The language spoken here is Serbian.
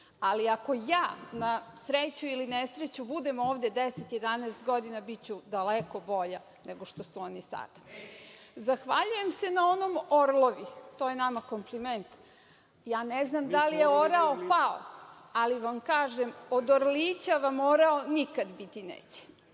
Ali, ako ja, na sreću ili nesreću, budem ovde 10 ili 11 godina, biću daleko bolja nego što su oni sada. Zahvaljujem se na onom – orlovi. To je nama kompliment. Ja ne znam da li je orao pao, ali vam kažem – od orlića vam orao nikad biti neće.A